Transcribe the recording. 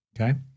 okay